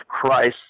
Christ